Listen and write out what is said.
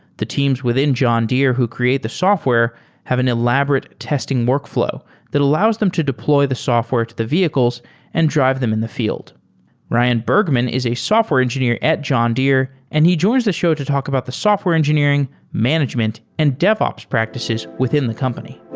the teams within john deere who create the software have an elaborate testing workflow that allows them to deploy the software to the vehicles and drive them in the field ryan bergman is a software engineer at john deere and he joins the show to talk about the software engineering, management and devops practices within the company.